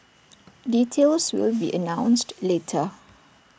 details will be announced later